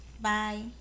bye